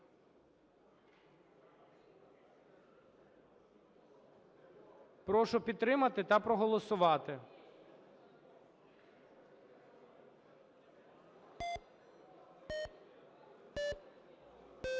Прошу підтримати та проголосувати.